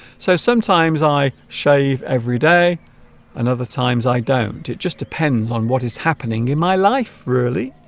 so sometimes i shave every day and other times i don't it just depends on what is happening in my life really